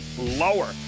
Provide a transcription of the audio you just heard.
lower